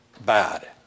Bad